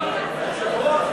היושב-ראש,